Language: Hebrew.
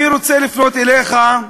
אני רוצה לפנות אליך,